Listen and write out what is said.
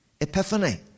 Epiphany